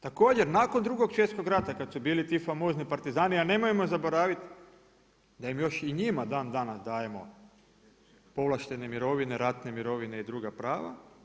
Također nakon Drugog svjetskog rata kada su bili ti famozni partizani a nemojmo zaboraviti da im još i njima dan danas dajemo povlaštene mirovine, ratne mirovine i druga prava.